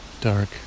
Dark